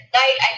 night